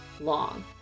long